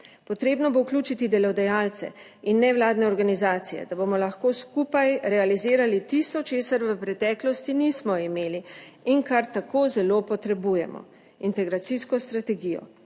Treba bo vključiti delodajalce in nevladne organizacije, da bomo lahko skupaj realizirali tisto, česar v preteklosti nismo imeli in kar tako zelo potrebujemo, integracijsko strategijo